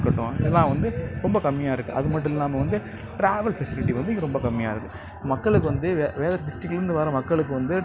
அந்த கட்டிடங்கள் கட்டிடங்கள்லாம் ரொம்ப பாழடைஞ்சு கிடக்கு அந்த கட்டிடங்களை வந்து நான் வந்து பாலடஞ்ச கட்டடங்களை வந்து டெவலப் பண்ணுறதுக்கு வந்து என்ன பண்ண முடியுமோ அதை நான் பண்ணுவேன்